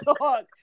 talk